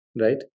right